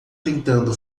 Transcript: tentando